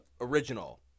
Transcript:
original